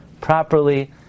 properly